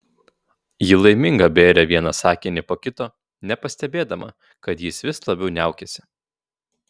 ji laiminga bėrė vieną sakinį po kito nepastebėdama kad jis vis labiau niaukiasi